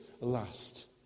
last